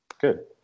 good